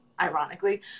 ironically